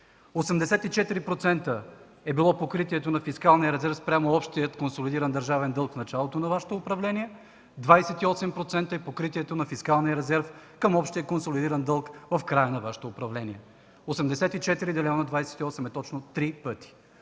е било покритието на фискалния резерв спрямо общия консолидиран държавен дълг в началото на Вашето управление, 28% е покритието на фискалния резерв към общия консолидиран дълг в края на Вашето управление. Осемдесет и четири